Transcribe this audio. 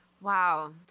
Wow